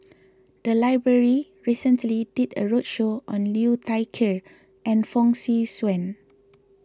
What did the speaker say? the library recently did a roadshow on Liu Thai Ker and Fong Swee Suan